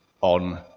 on